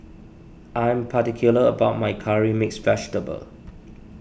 I am particular about my Curry Mixed Vegetable